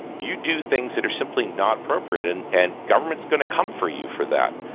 you do things that are simply not appropriate, and and government is going to come for you for that.